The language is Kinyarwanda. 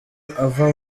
ava